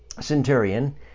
centurion